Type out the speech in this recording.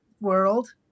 world